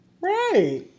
Right